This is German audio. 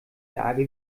lage